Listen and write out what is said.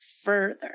Further